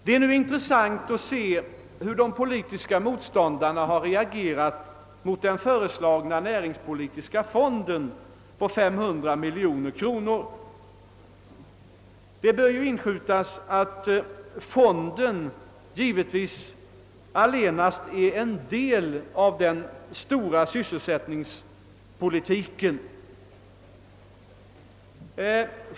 Det är intressant att se hur våra politiska motståndare nu har reagerat mot den föreslagna näringspolitiska fonden om 500 miljoner kronor. Jag bör kanske inskjuta att fonden givetvis bara är en del av sysselsättningspolitiken.